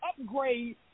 upgrade